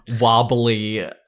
wobbly